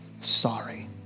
sorry